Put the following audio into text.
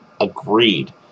Agreed